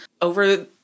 Over